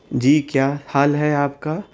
جی کیا حال ہے آپ کا